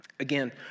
Again